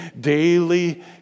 daily